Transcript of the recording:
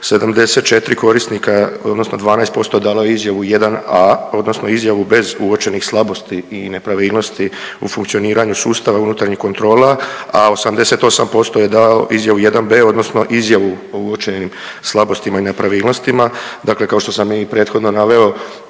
74 korisnika odnosno 12% je dalo izjavu 1a, odnosno izjavu bez uočenih slabosti i nepravilnosti u funkcioniranju sustava unutarnjih kontrola, a 88% je dalo izjavu 1b, odnosno izjavu o uočenim slabostima i nepravilnostima. Dakle, kao što sam i prethodno naveo